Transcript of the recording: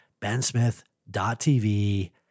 bensmith.tv